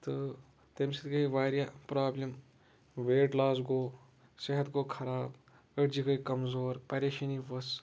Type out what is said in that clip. تہٕ تَمہِ سۭتۍ گے واریاہ پروبلِم ویٹ لاس گوٚو صحت گوٚو خراب أڈۍجہِ گے کَمزور پریشٲنی ؤژھ